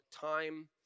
time